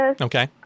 Okay